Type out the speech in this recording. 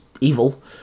evil